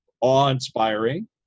awe-inspiring